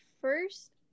first